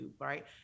right